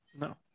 No